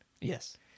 Yes